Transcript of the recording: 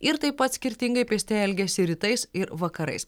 ir taip pat skirtingai pėstieji elgiasi rytais ir vakarais